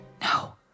No